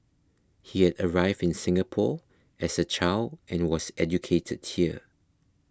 he had arrived in Singapore as a child and was educated here